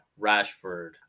Rashford